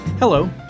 Hello